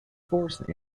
force